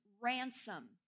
ransom